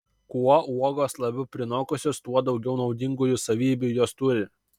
kuo uogos labiau prinokusios tuo daugiau naudingųjų savybių jos turi